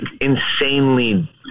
insanely